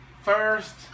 first